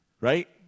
right